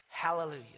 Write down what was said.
Hallelujah